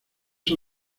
son